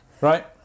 Right